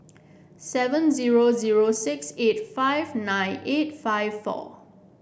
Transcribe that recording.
seven zero zero six eight five nine eight five four